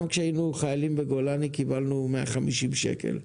גם כשהיינו חיילים בגולני קיבלנו 150 שקל.